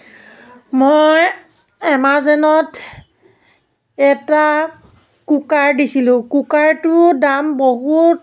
মই এমাজনত এটা কুকাৰ দিছিলোঁ কুকাৰটোৰ দাম বহুত